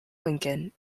lincoln